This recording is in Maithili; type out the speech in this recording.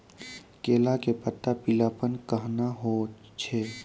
केला के पत्ता पीलापन कहना हो छै?